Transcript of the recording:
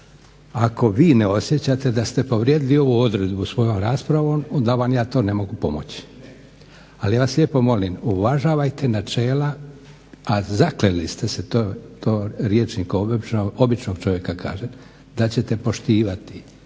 ako vi ne osjećate da ste povrijedili ovu odredbu svojom raspravom onda vam ja to ne mogu pomoći, ali vas lijepo molim uvažavajte načela a zakleli ste se, to rječnik običnog čovjeka kaže, da ćete poštivati